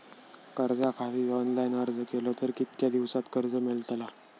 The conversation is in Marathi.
कर्जा खातीत ऑनलाईन अर्ज केलो तर कितक्या दिवसात कर्ज मेलतला?